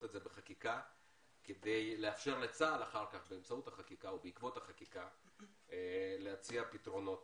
זאת בחקיקה כדי לאפשר לצה"ל באמצעות החקיקה להציע פתרונות